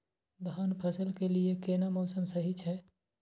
धान फसल के लिये केना मौसम सही छै?